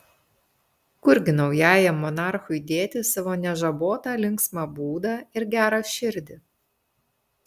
kurgi naujajam monarchui dėti savo nežabotą linksmą būdą ir gerą širdį